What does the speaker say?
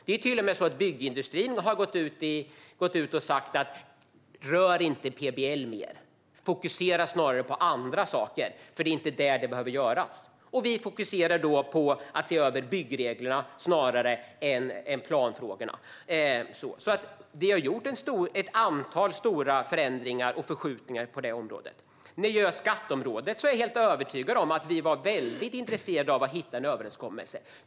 Det är till och med så att byggindustrin har gått ut och sagt: Rör inte PBL mer, utan fokusera snarare på andra saker, för det är inte där det behövs förändringar. Vi fokuserar då på att se över byggreglerna snarare än planfrågorna. Vi har alltså gjort ett antal stora förändringar och förskjutningar på området. När det gäller skatteområdet var vi väldigt intresserade av att hitta en överenskommelse.